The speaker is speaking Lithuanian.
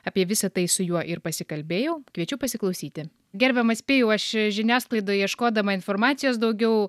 apie visa tai su juo ir pasikalbėjau kviečiu pasiklausyti gerbiamas pijau aš žiniasklaidoj ieškodama informacijos daugiau